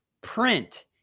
print